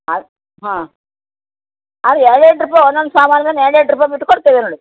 ಅದು ಹಾಂ ಅದು ಎರಡು ಎರಡು ರೂಪಾಯಿ ಒಂದೊಂದು ಸಾಮಾನು ಎರಡು ಎರಡು ರೂಪಾಯಿ ಬಿಟ್ಟುಕೊಡ್ತೇವೆ ನೋಡಿ